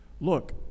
Look